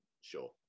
sure